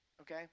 Okay